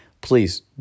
please